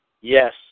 Yes